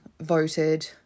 voted